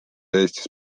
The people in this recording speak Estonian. eestis